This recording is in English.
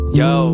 yo